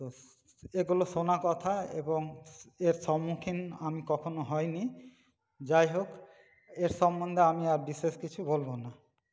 তো এগুলো শোনা কথা এবং এর সম্মুখীন আমি কখনো হয়নি যাই হোক এর সম্বন্ধে আমি আর বিশেষ কিছু বলবো না